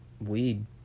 weed